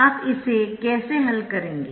आप इसे कैसे हल करेंगे